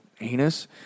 anus